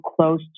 close